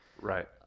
right